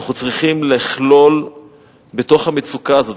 אנחנו צריכים לכלול בתוך המצוקה הזאת,